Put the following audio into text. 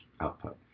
output